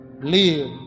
Live